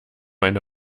eine